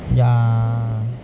ya